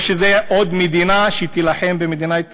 או שזאת עוד מדינה שתילחם במדינת ישראל?